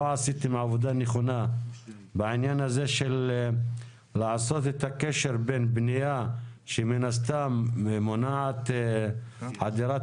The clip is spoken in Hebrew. עשיתם עבודה נכונה בעניין הקשר בין בנייה שמונעת חדירת